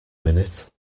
minute